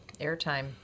airtime